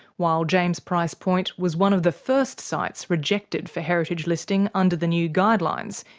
while james price point was one of the first sites rejected for heritage listing under the new guidelines,